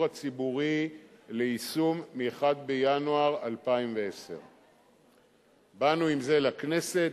הציבורי ליישום מ-1 בינואר 2010. באנו עם זה לכנסת,